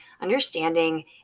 understanding